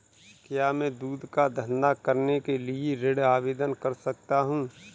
क्या मैं दूध का धंधा करने के लिए ऋण आवेदन कर सकता हूँ?